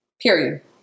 Period